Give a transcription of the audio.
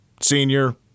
senior